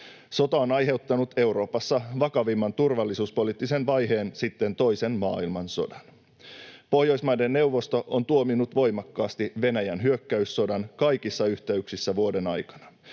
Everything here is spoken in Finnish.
Sota on aiheuttanut Euroopassa vakavimman turvallisuuspoliittisen vaiheen sitten toisen maailmansodan. Pohjoismaiden neuvosto on tuominnut voimakkaasti Venäjän hyökkäyssodan kaikissa yhteyksissä vuoden aikana.